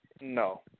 no